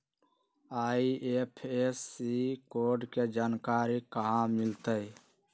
IFSC code के जानकारी कहा मिलतई